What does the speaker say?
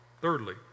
Thirdly